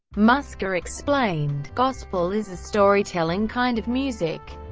musker explained, gospel is a storytelling kind of music.